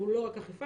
והוא לא רק אכיפה,